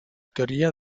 teoría